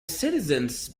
citizens